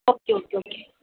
okay okay okay